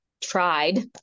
tried